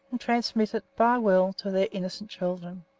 and transmit it by will to their innocent children.